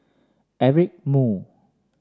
Eric Moo